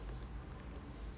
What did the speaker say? hmm